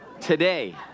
today